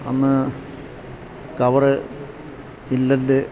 അന്ന് cover inland